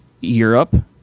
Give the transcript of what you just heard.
Europe